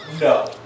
No